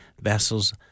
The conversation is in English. vessels